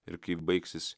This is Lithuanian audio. ir kaip baigsis